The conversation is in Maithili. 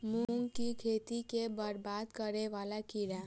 मूंग की खेती केँ बरबाद करे वला कीड़ा?